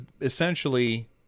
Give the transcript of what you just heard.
essentially